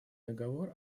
договор